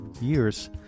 years